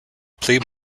plea